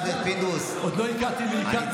עוד לא הגעתי לעיקר דבריי.